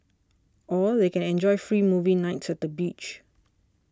or they can enjoy free movie nights at the beach